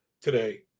today